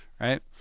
right